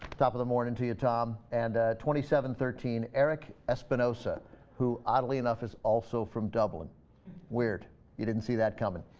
up in the morning to you tom and twenty seven thirteen eric espinosa who oddly enough is also from double-a where'd you didn't see that coming